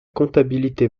comptabilité